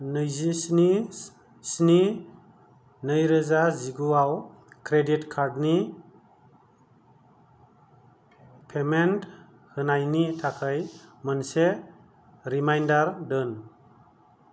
नैजि स्नि स्नि नै रोजा जिगुआव क्रेडिट कार्डनि पेमेन्ट होनायनि थाखाय मोनसे रिमाइन्डार दोन